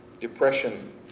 depression